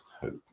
hope